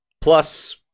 plus